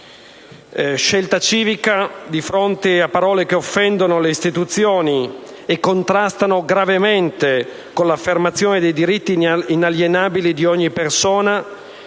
l'Italia, di fronte a parole che offendono le istituzioni e contrastano gravemente con l'affermazione dei diritti inalienabili di ogni persona,